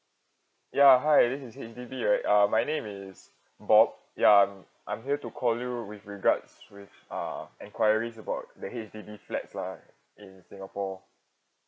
ya hi this is H_D_B right uh my name is bob ya I'm I'm here to call you with regards with uh enquiries about the H_D_B flats lah in singapore